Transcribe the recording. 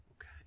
Okay